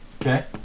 Okay